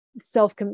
self